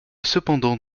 cependant